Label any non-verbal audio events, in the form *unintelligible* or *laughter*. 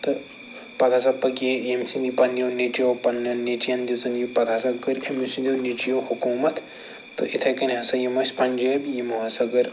تہٕ پتہٕ ہسا *unintelligible* یِیٚمہِ سنٛدۍ پنِنیٛو نیچویو ہننیڈن نیٚچویٚن دِژٕن یہِ پتہٕ ہسا کٔر أمسٕندیٚو نیٚچویو حکومت تہِ اتھٔے کٕنۍ ہسا یِم ٲسۍ پنٛجٲبۍ یِمو ہسا کٔر